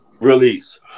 Release